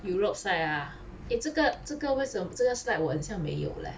Europe side ah eh 这个这个为什这个 slide 我很像没有 leh